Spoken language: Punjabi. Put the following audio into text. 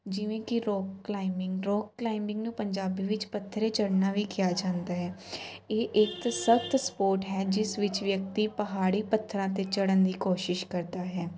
ਜਿਵੇਂ ਕਿ ਰੋਪ ਕਲਾਈਮਿੰਗ ਰੋਪ ਕਲਾਈਮਿੰਗ ਨੂੰ ਪੰਜਾਬੀ ਵਿੱਚ ਪੱਥਰੇ ਚੜ੍ਹਨਾ ਵੀ ਕਿਹਾ ਜਾਂਦਾ ਹੈ ਇਹ ਇੱਕ ਸਖ਼ਤ ਸਪੋਰਟ ਹੈ ਜਿਸ ਵਿੱਚ ਵਿਅਕਤੀ ਪਹਾੜੀ ਪੱਥਰਾਂ 'ਤੇ ਚੜ੍ਹਨ ਦੀ ਕੋਸ਼ਿਸ਼ ਕਰਦਾ ਹੈ